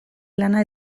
lana